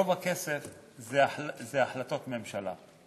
רוב הכסף זה החלטות ממשלה,